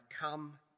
come